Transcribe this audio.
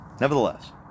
Nevertheless